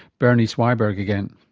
bernice wiberg again.